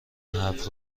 حرف